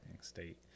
state